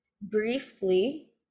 briefly